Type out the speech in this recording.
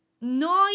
Noi